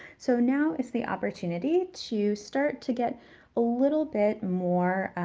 so now is the opportunity to start to get a little bit more,